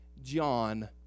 John